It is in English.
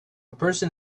person